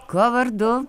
kuo vardu